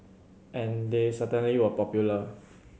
and they certainly were popular